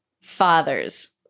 fathers